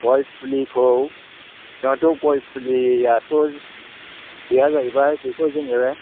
गय फुलिखौ जोंहाथ'गय फुलियाथ' गैया जाहैबाय बेखौ जोङो